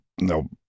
no